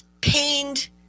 pained